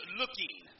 looking